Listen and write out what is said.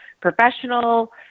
professional